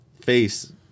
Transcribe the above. face